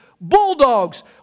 Bulldogs